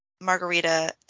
margarita